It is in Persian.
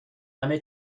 همه